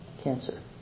cancer